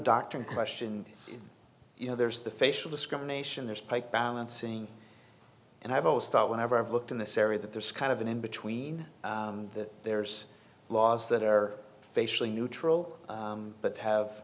doctrine question you know there's the facial discrimination there's pike balancing and i've always thought whenever i've looked in this area that there's kind of an in between there's laws that are facially neutral but have